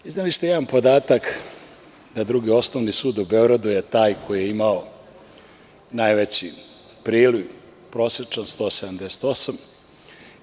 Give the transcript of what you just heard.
Izneli ste jedan podatak da Drugi osnovni sud u Beogradu je taj koji je imao najveći priliv, prosečno 178 predmeta.